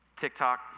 TikTok